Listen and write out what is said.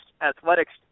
athletics